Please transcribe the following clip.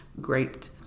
great